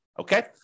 Okay